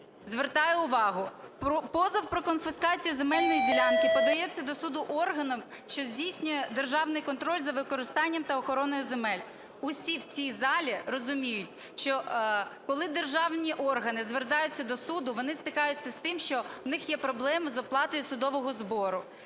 Звертаю увагу, позов про конфіскацію земельної ділянки подається до суду органом, що здійснює державний контроль за використанням та охороною земель. Всі в цій залі розуміють, що коли державні органи звертаються до суду, вони стикаються з тим, що у них є проблеми з оплатою судового збору.